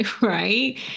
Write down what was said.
right